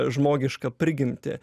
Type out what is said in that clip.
žmogišką prigimtį